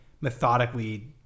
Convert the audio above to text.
methodically